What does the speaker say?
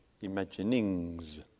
imaginings